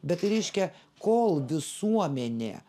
bet tai reiškia kol visuomenė